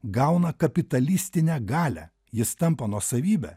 gauna kapitalistinę galią jis tampa nuosavybe